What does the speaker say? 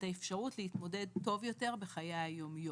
האפשרות להתמודד טוב יותר בחיי היומיום.